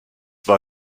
war